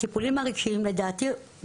לדעתי,